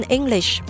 English